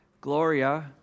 Gloria